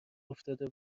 افتاده